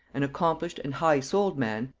an accomplished and high-souled man,